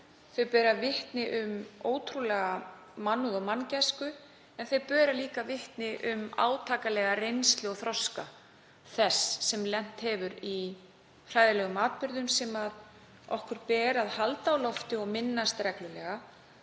Þau bera vitni um ótrúlega mannúð og manngæsku en þau bera líka vitni um átakanlega reynslu og þroska þess sem lent hefur í hræðilegum atburðum sem okkur ber að halda á lofti og minnast reglulega